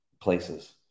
places